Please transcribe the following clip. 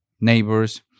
neighbors